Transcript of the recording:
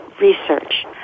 research